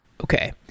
Okay